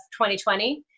2020